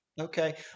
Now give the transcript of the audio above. Okay